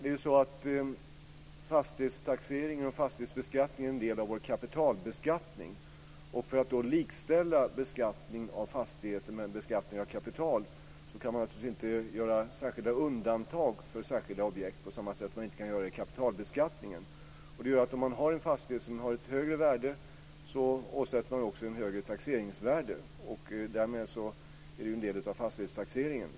Fru talman! Fastighetstaxeringen och fastighetsbeskattningen är en del av vår kapitalbeskattning. För att likställa beskattning av fastigheter med beskattning av kapital kan man naturligtvis inte göra särskilda undantag för särskilda objekt på samma sätt som man inte kan göra det i kapitalbeskattningen. Det gör att om man har en fastighet som har ett högre värde åsätts man också ett högre taxeringsvärde. Därmed är det en del av fastighetstaxeringen.